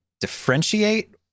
differentiate